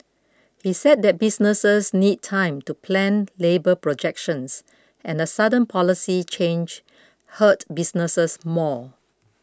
he said that businesses need time to plan labour projections and a sudden policy change hurt businesses more